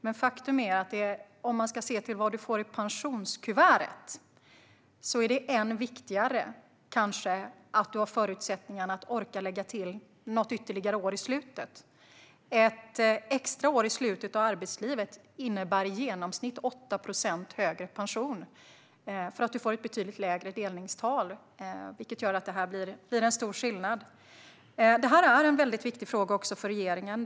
Men om vi ska se till vad man får i pensionskuvertet är det kanske än viktigare att ha förutsättningarna att orka lägga till något ytterligare år i slutet. Ett extra år i slutet av arbetslivet innebär i genomsnitt 8 procent högre pension, eftersom man får ett betydligt lägre delningstal. Det gör stor skillnad. Det här är en viktig fråga också för regeringen.